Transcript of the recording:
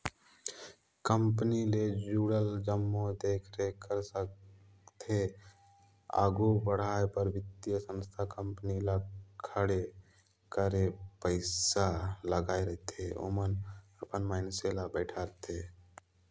company ले जुड़ल जम्मो देख रेख कर संघे आघु बढ़ाए बर बित्तीय संस्था कंपनी ल खड़े करे पइसा लगाए रहिथे ओमन अपन मइनसे ल बइठारथे